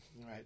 right